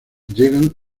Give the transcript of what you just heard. llegan